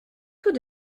tout